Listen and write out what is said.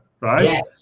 right